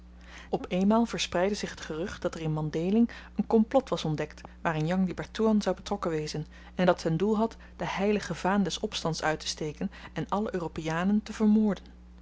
op eenmaal verspreidde zich t gerucht dat er in mandhéling een komplot was ontdekt waarin jang di pertoean zou betrokken wezen en dat ten doel had de heilige vaan des opstands uittesteken en alle europeanen te vermoorden